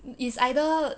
is either